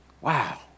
Wow